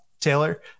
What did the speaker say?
Taylor